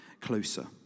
closer